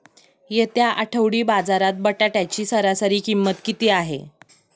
येत्या आठवडी बाजारात बटाट्याची सरासरी किंमत किती आहे?